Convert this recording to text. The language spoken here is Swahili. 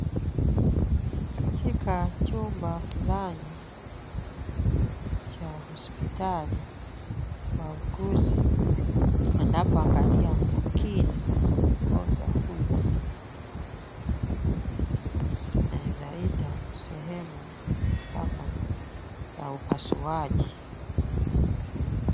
Katika chumba fulani cha hospitali wauguzi wanapoangalia umakini mgonjwa huyu. Tunaweza ita sehemu kama ya upasuaji.